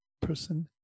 person